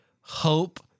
hope